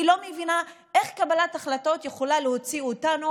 הייתי מציע לאנשים לפעמים לצאת מהמקום החמים הזה,